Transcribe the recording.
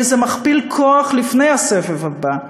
הרי זה מכפיל כוח לפני הסבב הבא.